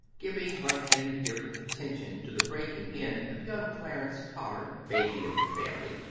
giving but indifferent attention to the breaking in of young clarence potter, baby of the family,